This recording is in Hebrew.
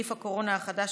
(נגיף הקורונה החדש,